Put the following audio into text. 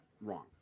wrong